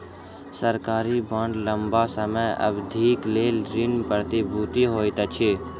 सरकारी बांड लम्बा समय अवधिक लेल ऋण प्रतिभूति होइत अछि